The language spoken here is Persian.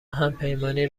همپیمانی